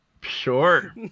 Sure